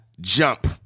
jump